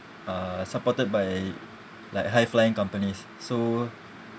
uh supported by like high flying companies so